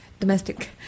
domestic